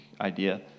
idea